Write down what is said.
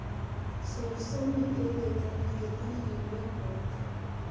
सरसों में एक एकड़ मे केतना युरिया पड़तै?